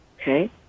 Okay